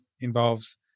involves